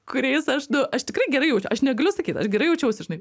kuriais aš nu aš tikrai gerai aš negaliu sakyt aš gerai jaučiausi žinai